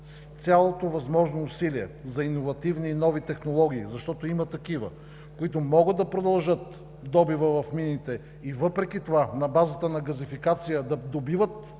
с цялото възможно усилие за иновативни и нови технологии, защото има такива, които могат да продължат добива в мините и въпреки това на базата на газификация да добиват